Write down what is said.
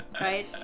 right